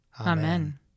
Amen